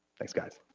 thanks guys.